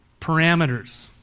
parameters